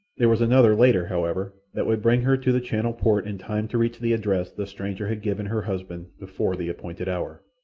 there was another, later, however, that would bring her to the channel port in time to reach the address the stranger had given her husband before the appointed hour.